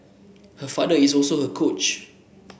her father is also her coach